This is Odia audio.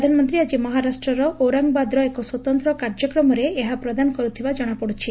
ପ୍ରଧାନମନ୍ତୀ ଆଜି ମହାରାଷ୍ତର ଓରଙ୍ଙାବାଦର ଏକ ସ୍ୱତନ୍ତ କାର୍ଯ୍ୟକ୍ରମରେ ଏହା ପ୍ରଦାନ କରୁଥିବା ଜଣାପଡ଼ିଛି